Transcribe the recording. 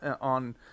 on